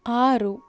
ಆರು